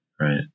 right